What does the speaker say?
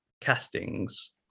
castings